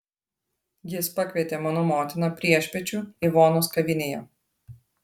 jis pakvietė mano motiną priešpiečių ivonos kavinėje